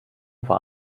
war